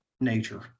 nature